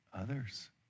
Others